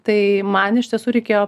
tai man iš tiesų reikėjo